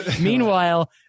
Meanwhile